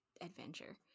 adventure